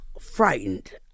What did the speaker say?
frightened